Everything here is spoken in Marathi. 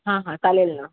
हां हां चालेल ना